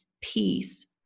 peace